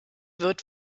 wird